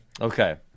Okay